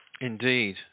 indeed